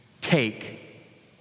take